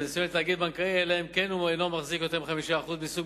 לתאגיד בנקאי אלא אם כן הוא אינו מחזיק יותר מ-5% מסוג